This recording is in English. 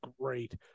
great